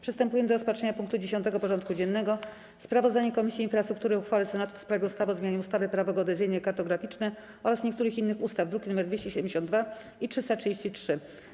Przystępujemy do rozpatrzenia punktu 10. porządku dziennego: Sprawozdanie Komisji Infrastruktury o uchwale Senatu w sprawie ustawy o zmianie ustawy - Prawo geodezyjne i kartograficzne oraz niektórych innych ustaw (druki nr 272 i 333)